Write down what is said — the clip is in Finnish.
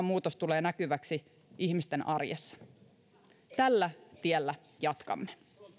muutos tulee näkyväksi ihmisten arjessa tällä tiellä jatkamme